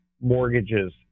mortgages